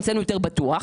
אצלנו יותר בטוח.